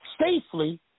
safely